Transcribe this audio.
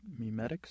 Mimetics